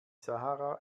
sahara